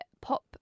pop